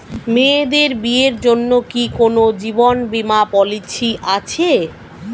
মেয়েদের বিয়ের জন্য কি কোন জীবন বিমা পলিছি আছে?